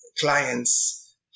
clients